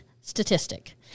statistic